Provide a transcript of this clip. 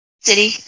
City